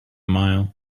mile